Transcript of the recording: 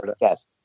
Yes